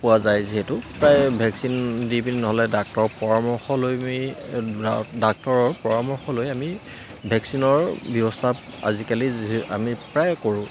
পোৱা যায় যিহেতু প্ৰায় ভেকচিন দি পিনি নহ'লে ডাক্তৰৰ পৰামৰ্শ লৈ আমি ডাক্তৰৰ পৰামৰ্শ লৈ আমি ভেকচিনৰ ব্যৱস্থাত আজিকালি যি আমি প্ৰায় কৰোঁ